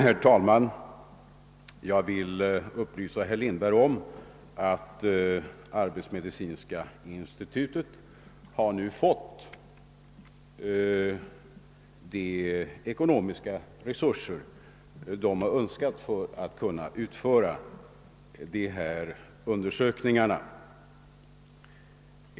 Herr talman! Jag vill upplysa herr Lindberg om att arbetsmedicinska institutet nu fått de ekonomiska resurser som institutet har önskat för att kunna utföra ifrågavarande undersökningar.